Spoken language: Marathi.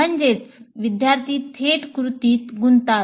म्हणजेच विद्यार्थी थेट कृतीत गुंततात